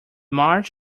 march